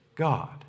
God